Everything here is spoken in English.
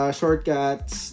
shortcuts